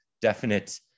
definite